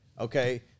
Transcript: Okay